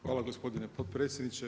Hvala gospodine potpredsjedniče.